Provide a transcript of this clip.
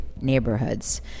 neighborhoods